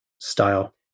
style